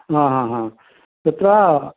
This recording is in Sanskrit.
हा हा हा तत्र